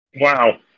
Wow